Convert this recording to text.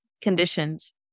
conditions